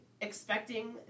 expecting